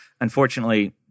Unfortunately